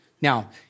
Now